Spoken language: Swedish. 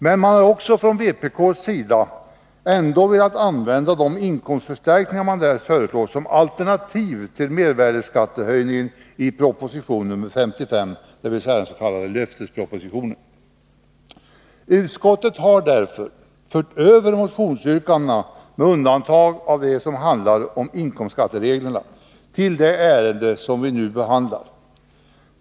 Men vpk har Onsdagen den ändå velat använda de inkomstförstärkningar de föreslår i motionen som 15 december 1982 alternativ till den mervärdeskattehöjning som föreslås i proposition 55, dvs. den s.k. löftespropositionen. Utskottet har därför fört över motionsyrkandena — med undantag av det som handlar om inkomstskattereglerna — till det ärende som vi nu behandlar.